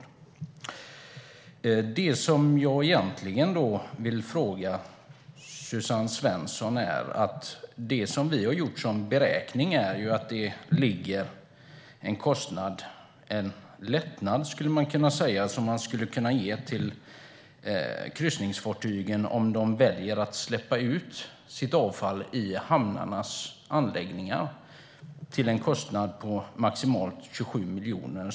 Då kommer jag till det som jag egentligen vill fråga Suzanne Svensson om. Vi har gjort en beräkning. Man skulle kunna ge en lättnad till kryssningsfartygen om de väljer att släppa ut sitt avfall i hamnarnas anläggningar till en kostnad på maximalt 27 miljoner.